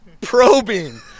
Probing